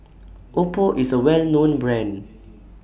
Oppo IS A Well known Brand